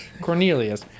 Cornelius